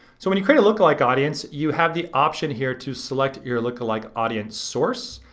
so when you create a lookalike audience, you have the option here to select your lookalike audience source,